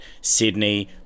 Sydney